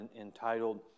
entitled